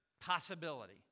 possibility